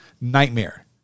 nightmare